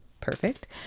Perfect